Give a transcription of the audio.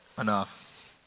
Enough